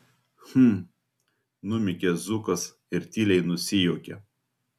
hm numykia zukas ir tyliai nusijuokia